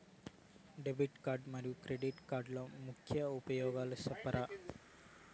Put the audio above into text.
Debit card మరియు credit కార్డుల ముఖ్య ఉపయోగాలు సెప్తారా?